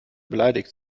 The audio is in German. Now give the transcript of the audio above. beleidigt